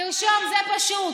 תרשום, זה פשוט: